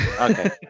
Okay